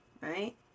right